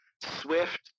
SWIFT